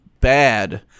bad